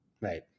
Right